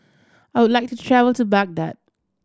I would like to travel to Baghdad